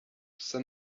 قصه